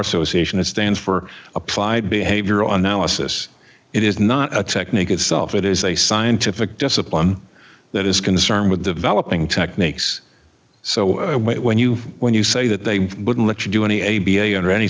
association it stands for applied behavior analysis it is not a technique itself it is a scientific discipline that is concerned with developing techniques so a way when you when you say that they wouldn't let you do any a b a under any